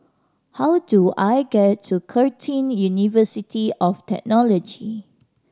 how do I get to Curtin University of Technology